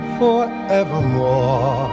forevermore